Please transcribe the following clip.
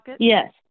Yes